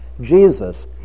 Jesus